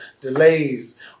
delays